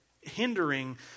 hindering